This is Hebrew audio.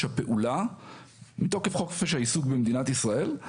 הפעולה מתוקף חוק חופש העיסוק במדינת ישראל,